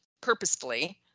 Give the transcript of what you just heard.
purposefully